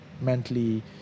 Mentally